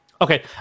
okay